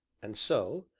and so,